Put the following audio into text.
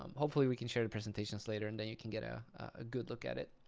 um hopefully we can share the presentations later and then you can get a ah good look at it.